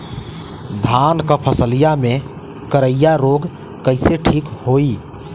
धान क फसलिया मे करईया रोग कईसे ठीक होई?